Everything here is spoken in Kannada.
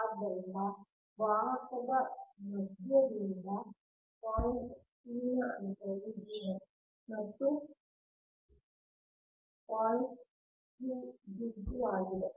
ಆದ್ದರಿಂದ ವಾಹಕದ ಮಧ್ಯಭಾಗದಿಂದ ಪಾಯಿಂಟ್ p ನ ಅಂತರವು D 1 ಮತ್ತು ಪಾಯಿಂಟ್ q D 2 ಆಗಿದೆ